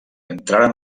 entraren